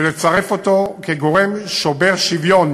ולצרף אותו כגורם שובר שוויון,